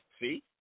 see